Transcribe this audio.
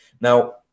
Now